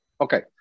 Okay